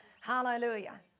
Hallelujah